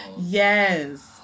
yes